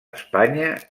espanya